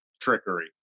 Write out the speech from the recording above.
trickery